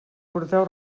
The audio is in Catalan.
porteu